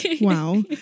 wow